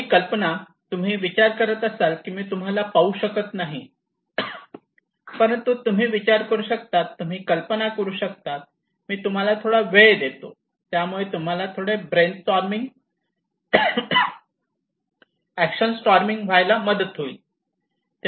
काही कल्पना तुम्ही विचार करत असाल मी तुम्हाला पाहू शकत नाही परंतु तुम्ही विचार करू शकतात तुम्ही कल्पना करू शकतात मी तुम्हाला थोडा वेळ देतो त्यामुळे तुम्हाला थोडे ब्रेन स्टॉर्मीग एक्शन स्टॉर्मीग व्हायला मदत होईल